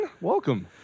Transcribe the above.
Welcome